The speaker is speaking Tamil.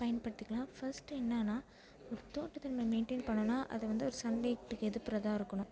பயன்படுத்திக்கலாம் ஃபர்ஸ்ட் என்னன்னால் ஒரு நம்ம தோட்டத்த மெயின்டைன் பண்ணணுன்னா அதை வந்து ஒரு சன் லைட்டுக்கு எதிர்புறமாதான் இருக்கணும்